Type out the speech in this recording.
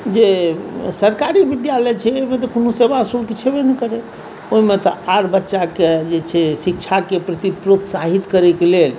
जे सरकारी विद्यालय छै ओहिमे तऽ कोनो सेवा शुल्क छेबे नहि करै ओहिमे तऽ आर बच्चाके जे छै शिक्षाके प्रति प्रोत्साहित करयके लेल